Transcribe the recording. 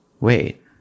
wait